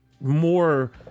more